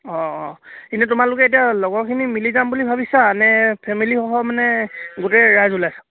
অঁ অঁ কিন্তু তোমালোকে এতিয়া লগৰখিনি মিলি যাম বুলি ভাবিছা নে ফেমিলিসহ মানে গোটেই ৰাইজ ওলাইছা